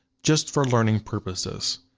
just for learning purposes.